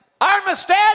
Armistead